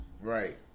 Right